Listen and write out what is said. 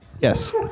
yes